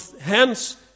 hence